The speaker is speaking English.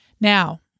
Now